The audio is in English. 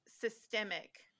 systemic